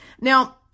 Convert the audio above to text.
Now